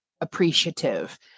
appreciative